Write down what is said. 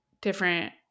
different